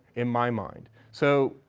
in my mind. so,